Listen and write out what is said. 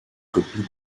copie